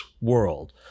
world